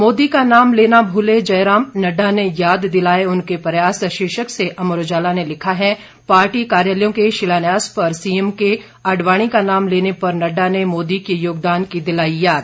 मोदी का नाम लेना भूले जयराम नड्डा ने याद दिलए उनके प्रयास शीर्षक से अमर उजाला ने लिखा है पार्टी कार्यालयों के शिलान्यास पर सीएम के आडवाणी का नाम लेने पर नड्डा ने मोदी के योगदान की दिलाई याद